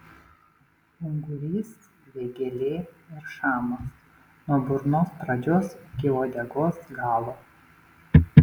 ungurys vėgėlė ir šamas nuo burnos pradžios iki uodegos galo